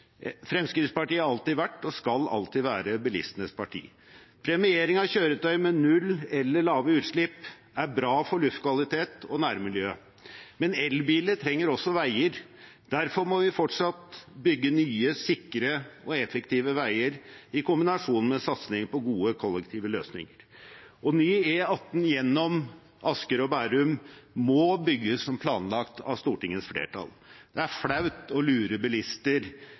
Fremskrittspartiet har alltid vært og skal alltid være bilistenes parti. Premiering av kjøretøy med null eller lave utslipp er bra for luftkvalitet og nærmiljø. Men elbiler trenger også veier. Derfor må vi fortsatt bygge nye, sikre og effektive veier i kombinasjon med satsing på gode kollektive løsninger. Ny E18 gjennom Asker og Bærum må bygges som planlagt av Stortingets flertall. Det er flaut å lure bilister,